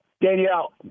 Danielle